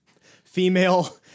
Female